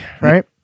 right